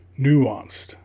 nuanced